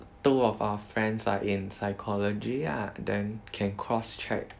two of our friends are in psychology ah then can cross check